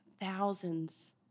thousands